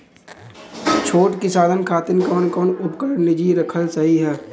छोट किसानन खातिन कवन कवन उपकरण निजी रखल सही ह?